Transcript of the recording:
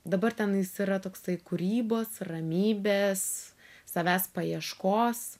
dabar ten jis yra toksai kūrybos ramybės savęs paieškos